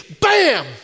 bam